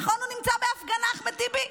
נכון שהוא נמצא בהפגנה, אחמד טיבי?